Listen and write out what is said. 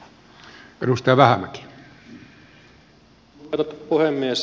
kunnioitettu puhemies